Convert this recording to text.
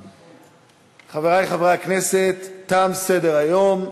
לרשויות, בתיאום עם הגורמים המקצועיים,